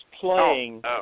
playing